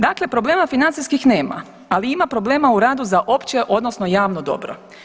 Dakle, problema financijskih nema, ali ima problema u radu za opće odnosno javno dobro.